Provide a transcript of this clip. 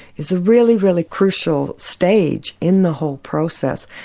is a really, really crucial stage in the whole process,